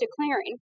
declaring